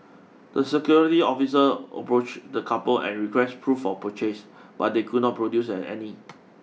the security officer approached the couple and requested proof of purchase but they could not produce any